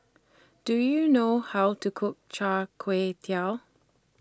Do YOU know How to Cook Char Kway Teow